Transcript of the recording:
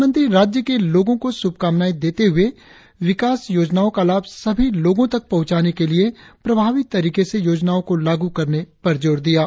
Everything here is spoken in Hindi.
प्रधानमंत्री राज्य के लोगों को शुभकामनाए देते हुए विकास योजनाओं का लाभ सभी लोगो तक पहुंचाने के लिए प्रभावी तरीके से योजनाओं को लागू करने पर जोर दिया